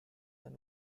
than